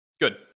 Good